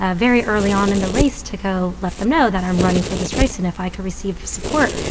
ah very early on in the race to go let them know that i'm running for this race and if i could receive support.